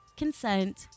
Consent